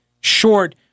short